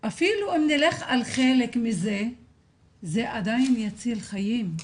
אפילו אם נלך על חלק מזה זה עדיין יציל חיים.